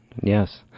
Yes